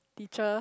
teacher